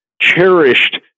cherished